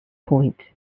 point